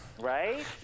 Right